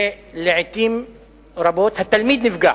ולעתים רבות התלמיד נפגע,